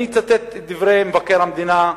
אני אצטט את דברי מבקר המדינה,